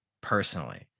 personally